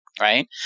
right